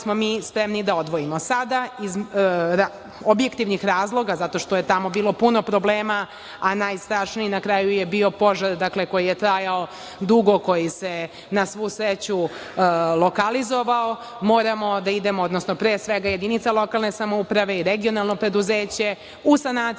smo mi spremni da odvojimo. Sada iz objektivnih razloga, zato što je tamo bilo puno problema, a najstrašniji na kraju je bio požar, koji je trajao dugo, koji se na svu sreću lokalizovao, moramo da idemo, odnosno pre svega jedinica lokalne samouprave i regionalno preduzeće, u sanaciju